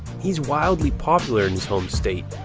he is wildly popular in his home state,